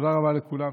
תודה רבה לכולם.